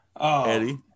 Eddie